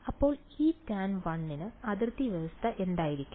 അപ്പോൾ Etan1 ന് അതിർത്തി വ്യവസ്ഥ എന്തായിരിക്കും